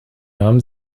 nahm